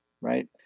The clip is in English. Right